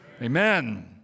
Amen